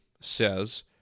says